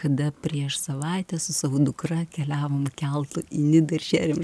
kada prieš savaitę su savo dukra keliavom keltu į nidą ir šėrėm